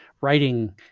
writing